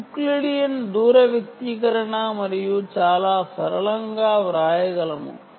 Euclidean దూర వ్యక్తీకరణ ఉపయోగించవచ్చు చాలా సరళంగా వ్రాయగలము